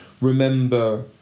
remember